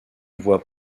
vois